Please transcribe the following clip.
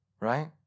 right